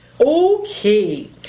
Okay